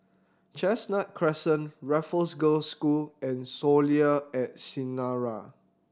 Chestnut Crescent Raffles Girls' School and Soleil at Sinaran